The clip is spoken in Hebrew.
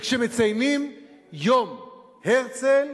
וכשמציינים "יום הרצל",